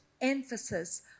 emphasis